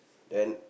then